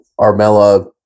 Armella